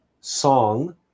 song